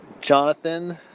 Jonathan